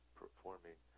performing